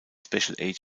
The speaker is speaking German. special